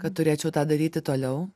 kad turėčiau tą daryti toliau